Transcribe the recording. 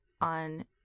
on